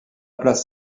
place